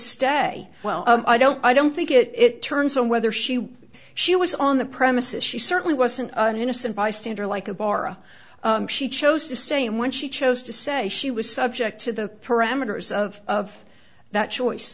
stay well i don't i don't think it it turns on whether she she was on the premises she certainly wasn't an innocent bystander like a bara she chose to stay and when she chose to say she was subject to the parameters of that choice